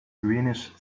greenish